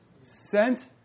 Sent